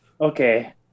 Okay